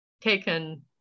taken